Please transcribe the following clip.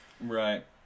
Right